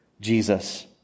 Jesus